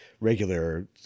regular